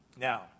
Now